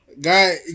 Guy